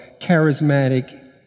charismatic